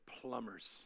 plumbers